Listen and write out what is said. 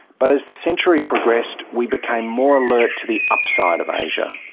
but as the century progressed, we became more alert to the upside of asia.